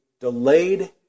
delayed